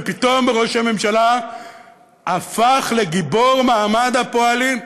ופתאום ראש הממשלה הפך לגיבור מעמד הפועלים.